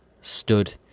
stood